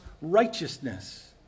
righteousness